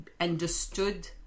understood